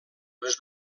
les